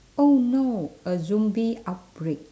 oh no a zombie outbreak